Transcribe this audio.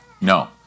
No